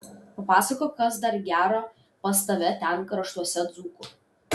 papasakok kas dar gero pas tave ten kraštuose dzūkų